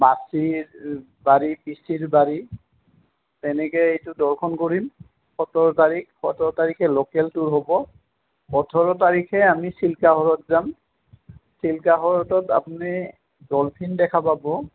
মাচিৰ বাৰী পিচিৰ বাৰী তেনেকৈ এইটো দৰ্শন কৰিম সোতৰ তাৰিখ সোতৰ তাৰিখে লোকেল টোৰ হ'ব ওঠৰ তাৰিখে আমি চিল্কাঘৰত যাম চিল্কাঘৰটোত আপুনি ডলফিন দেখা পাব